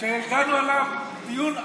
שדנו עליו דיון עמוק,